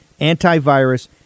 antivirus